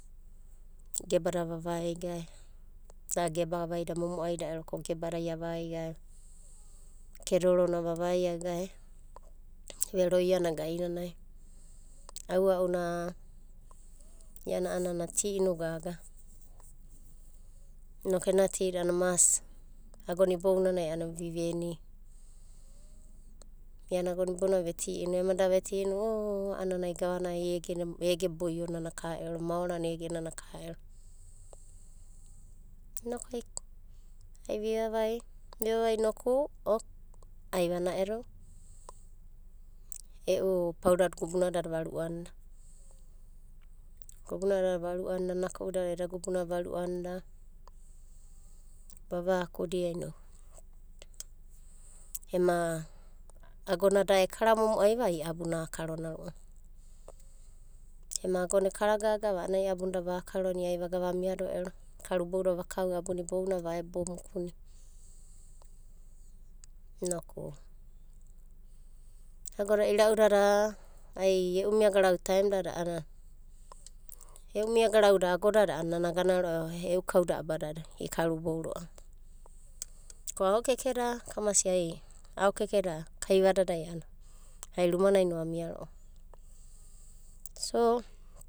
Gebada vavaigae, da geba vaida momo'aida ero ko gebadai avaigae, kedorona vavaia gae veroiana gainanai aua'una iana a'ana ti inu gaga. Inoku ena tida a'ana mas agona ibounanai a'ana viveni. Iana agona ibounanai ve ti inu, ema da ve ti inu a'ana ai gava, gavana ege boio nana ka. Maorana egenana ka, inoku ai vivavai noku ai vana'edo e'u paurada gubuna dada varu'anda. Gabunada va ru'anda, naku'uda eda gubunada vava akudia inoku ema agona da ekara momo'aiva ai abuna akarona ro'ava. Ema agona ekara gagava a'anai abuna da vakarona ai vaga vamiado ero karubou vakau abuna vakau abuna ibounanaui vaebo mukunia inoku. Agoda ira'udada ai e'u mia garau da raemdadai a'ana nana agana ro'ava e'u kauda abadadai ikarubou ro'ava. Ko agokekeda kaivadadai a'ana ai rumanaino amia ro'ava.